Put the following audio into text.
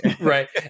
right